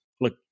look